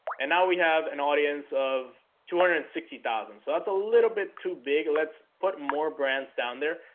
and now we have an audience of two hundred and sixty thousand so that's a little bit too big. let's put more grants down there.